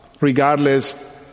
regardless